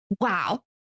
Wow